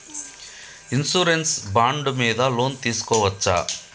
Insurance bond మీద loan తీస్కొవచ్చా?